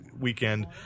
weekend